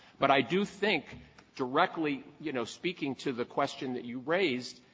but i do think directly, you know, speaking to the question that you raised,